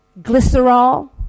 glycerol